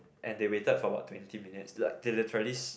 and they waited for about twenty minutes like they literally